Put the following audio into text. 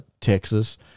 Texas